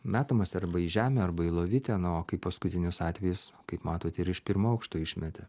metamas arba į žemę arba į lovytę na o kaip paskutinis atvejis kaip matote ir iš pirmo aukšto išmetė